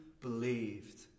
believed